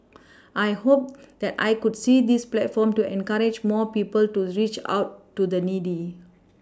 I hope that I could see this platform to encourage more people to reach out to the needy